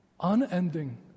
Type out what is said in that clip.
unending